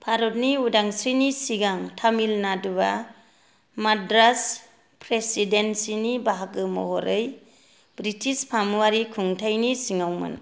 भारतनि उदांस्रिनि सिगां तामिलनाडुआ माद्रास प्रेसिडेन्सिनि बाहागो महरै ब्रिटिश फामुवारि खुंथाइनि सिङावमोन